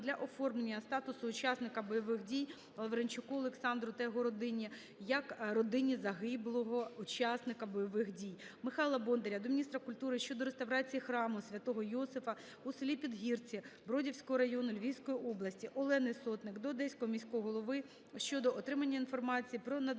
для оформлення статусу учасника бойових дій Лавренчуку Олександру та його родини, як родині загиблого учасника бойових дій. Михайла Бондаря до міністра культури щодо реставрації храму Святого Йосифа у селі Підгірці Бродівського району Львівської області. Олени Сотник до Одеського міського голови щодо отримання інформації про надання